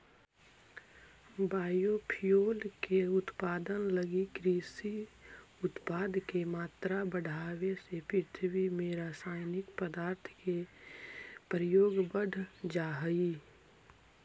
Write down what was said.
biofuel के उत्पादन लगी कृषि उत्पाद के मात्रा बढ़ावे से पृथ्वी में रसायनिक पदार्थ के प्रयोग बढ़ जा हई